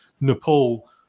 Nepal